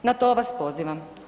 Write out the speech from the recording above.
Na to vas pozivam.